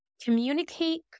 communicate